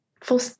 full